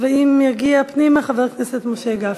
ואם יגיע פנימה, חבר הכנסת משה גפני.